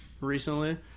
recently